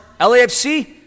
LAFC